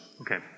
Okay